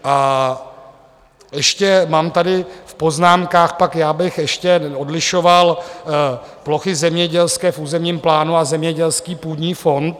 A ještě mám tady v poznámkách já bych ještě odlišoval plochy zemědělské v územním plánu a zemědělský půdní fond.